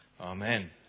Amen